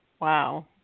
Wow